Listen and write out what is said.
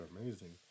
amazing